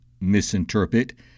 misinterpret